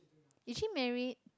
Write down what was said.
is she married